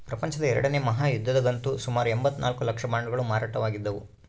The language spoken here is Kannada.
ಪ್ರಪಂಚದ ಎರಡನೇ ಮಹಾಯುದ್ಧದಗಂತೂ ಸುಮಾರು ಎಂಭತ್ತ ನಾಲ್ಕು ಲಕ್ಷ ಬಾಂಡುಗಳು ಮಾರಾಟವಾಗಿದ್ದವು